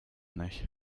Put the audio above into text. nicht